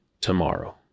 tomorrow